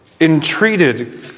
entreated